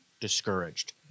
discouraged